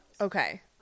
Okay